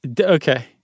Okay